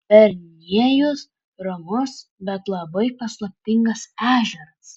verniejus ramus bet labai paslaptingas ežeras